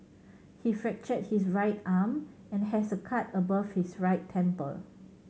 he fractured his right arm and has a cut above his right temple